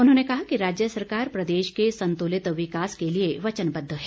उन्होंने कहा कि राज्य सरकार प्रदेश के संतुलित विकास के लिए वचनबद्व है